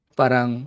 parang